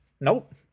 nope